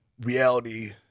reality